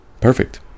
perfect